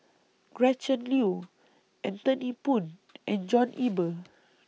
Gretchen Liu Anthony Poon and John Eber